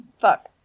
Fuck